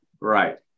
Right